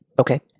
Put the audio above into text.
Okay